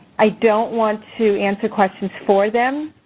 i don't want to answer questions for them